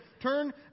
Turn